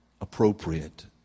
appropriate